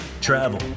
travel